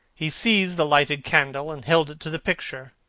he seized the lighted candle, and held it to the picture.